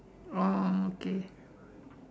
oh okay